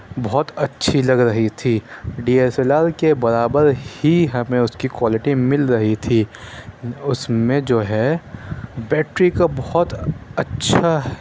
بہت اچھی لگ رہی تھی ڈی ایس ایل آر کے برابر ہی ہمیں اُس کی کوالٹی مِل رہی تھی اُس میں جو ہے بیٹری کا بہت اچھا